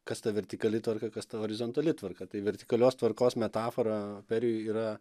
kas ta vertikali tvarka kas ta horizontali tvarka tai vertikalios tvarkos metafora periui yra